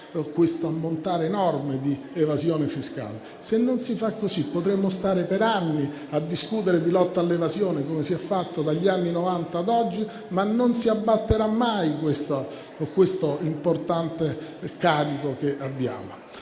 l'enorme ammontare di evasione fiscale. Diversamente, potremmo stare per anni a discutere di lotta all'evasione, come si è fatto dagli anni Novanta a oggi, ma non si abbatterà mai questo importante carico che abbiamo.